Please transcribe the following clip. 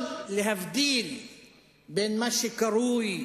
להבדיל בין מה שקרוי